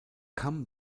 kamm